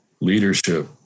leadership